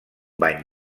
bany